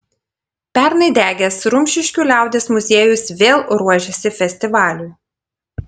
pernai degęs rumšiškių liaudies muziejus vėl ruošiasi festivaliui